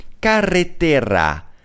Carretera